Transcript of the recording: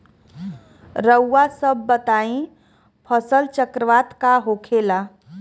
रउआ सभ बताई फसल चक्रवात का होखेला?